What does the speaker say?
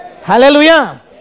Hallelujah